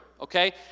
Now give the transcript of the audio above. Okay